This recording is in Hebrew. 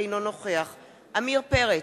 אינו נוכח עמיר פרץ,